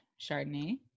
chardonnay